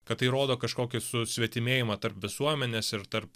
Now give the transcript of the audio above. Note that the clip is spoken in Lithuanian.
kad tai rodo kažkokį susvetimėjimą tarp visuomenės ir tarp